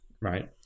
Right